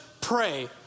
pray